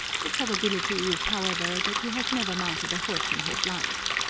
the probability is, however, that he has never mounted a horse in his life.